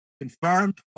confirmed